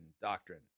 doctrine